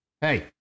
Hey